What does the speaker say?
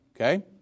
okay